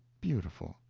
beautiful.